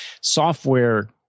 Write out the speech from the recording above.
software